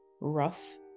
rough